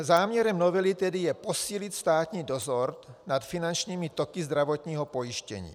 Záměrem novely tedy je posílit státní dozor nad finančními toky zdravotního pojištění.